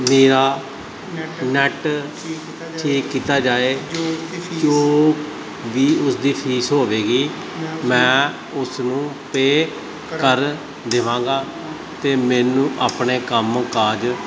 ਮੇਰਾ ਨੈਟ ਠੀਕ ਕੀਤਾ ਜਾਏ ਜੋ ਵੀ ਉਸਦੀ ਫੀਸ ਹੋਵੇਗੀ ਮੈਂ ਉਸ ਨੂੰ ਪੇ ਕਰ ਦੇਵਾਂਗਾ ਅਤੇ ਮੈਨੂੰ ਆਪਣੇ ਕੰਮ ਕਾਜ